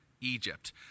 Egypt